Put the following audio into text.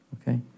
Okay